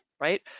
right